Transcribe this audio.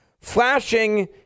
flashing